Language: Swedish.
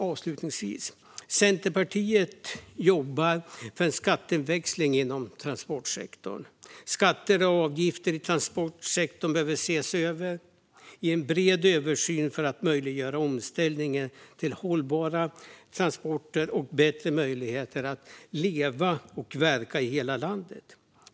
Avslutningsvis: Centerpartiet jobbar för en skatteväxling inom transportsektorn. Skatter och avgifter i transportsektorn behöver ses över brett för att möjliggöra omställning till hållbara transporter och bättre möjligheter att leva och verka i hela landet.